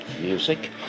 music